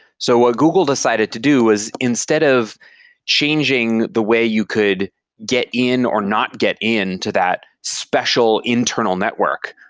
so what ah google decided to do was instead of changing the way you could get in or not get in to that special internal network,